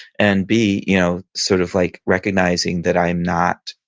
and b, you know sort of like recognizing that i'm not,